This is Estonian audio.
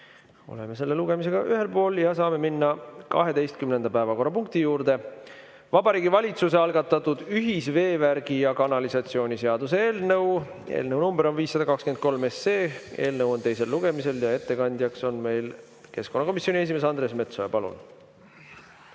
Oleme selle lugemisega ühel pool. Saame minna 12. päevakorrapunkti juurde. Vabariigi Valitsuse algatatud ühisveevärgi ja -kanalisatsiooni seaduse eelnõu nr 523, eelnõu on teisel lugemisel ja ettekandja on meil keskkonnakomisjoni esimees Andres Metsoja. Palun!